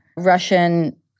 Russian